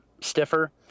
stiffer